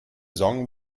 song